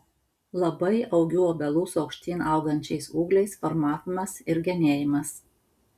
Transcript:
labai augių obelų su aukštyn augančiais ūgliais formavimas ir genėjimas